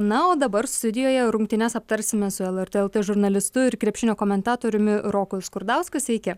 na o dabar studijoje rungtynes aptarsime su lrt lt žurnalistu ir krepšinio komentatoriumi roku skurdausku sveiki